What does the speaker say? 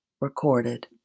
recorded